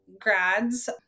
grads